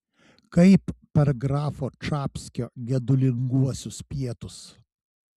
kaip per grafo čapskio gedulinguosius pietus